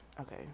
Okay